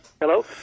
Hello